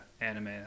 anime